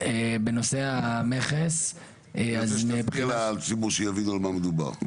בנושא המכס --- אני רוצה שתסביר לציבור שיבין על מה מדובר.